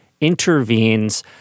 intervenes